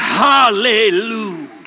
Hallelujah